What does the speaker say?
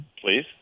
Please